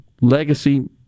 legacy